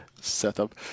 setup